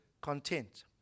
content